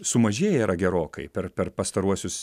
sumažėję yra gerokai per per pastaruosius